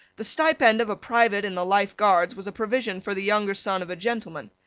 the stipend of a private in the life guards was a provision for the younger son of a gentleman.